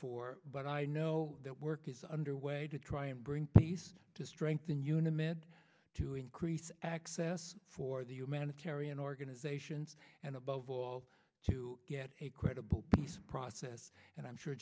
four but i know that work is underway to try and bring peace to strengthen unum it to increase access for the humanitarian organizations and above all to get a credible peace process and i'm sure